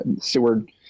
Seward